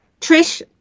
Trish